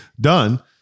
Done